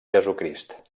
jesucrist